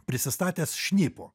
prisistatęs šnipu